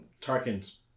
Tarkin's